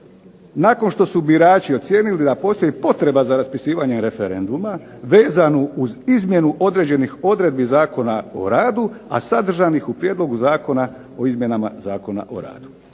nakon što su birači ocijenili da postoji potreba za raspisivanje referenduma, vezanu uz izmjenu određenih odredbi Zakona o radu, a sadržanih u prijedlogu Zakona o izmjenama Zakona o radu.